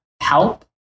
help